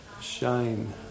shine